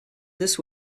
this